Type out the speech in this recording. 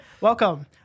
Welcome